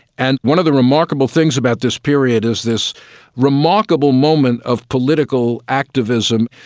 and one of the remarkable things about this period is this remarkable moment of political activism.